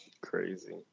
Crazy